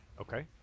Okay